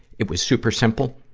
it was super simple,